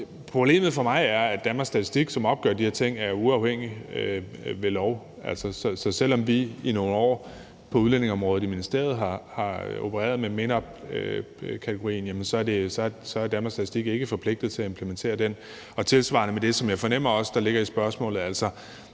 problemet for mig er, at Danmarks Statistik, som opgør de her ting, er uafhængige ved lov. Så selv om vi i nogle år på udlændingeområdet i ministeriet har opereret med MENAPT-kategorien, er Danmarks Statistik ikke forpligtet til at implementere den. Tilsvarende er det med det, som jeg fornemmer også ligger i spørgsmålet – altså,